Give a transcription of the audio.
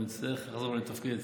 אנחנו נצטרך לחזור לתפקד.